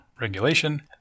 regulation